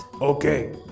Okay